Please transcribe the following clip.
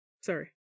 sorry